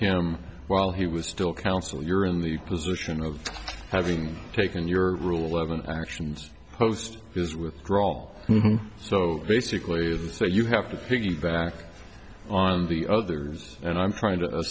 why he was still counsel you're in the position of having taken your rule eleven actions post his withdrawal so basically you say you have to piggyback on the others and i'm trying to